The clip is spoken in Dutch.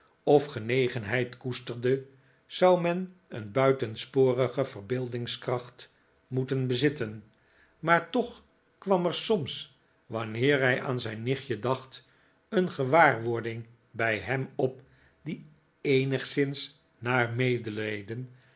of genegenheid koesterde zou men een buitensporige verbeeldingskracht moeten bezitten maar toch kwam er soms wanneer hij aan zijn nichtje dacht een gewaarwording bij hem op die eenigszins naar medelijden